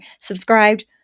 subscribed